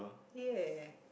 ya